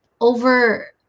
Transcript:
over